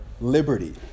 liberty